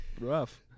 rough